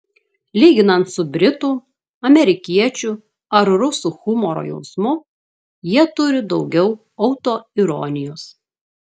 lyginant su britų amerikiečių ar rusų humoro jausmu jie turi daugiau autoironijos